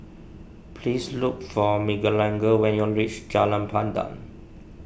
please look for Miguelangel when you reach Jalan Pandan